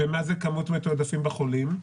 ומה זה כמות מתועדפים בחולים?